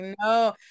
No